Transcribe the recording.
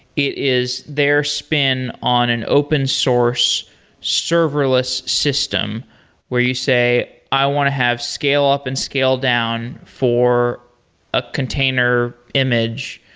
it is their spin on an open source serverless system where you say, i want to have scale up and scale down for a container image.